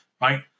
right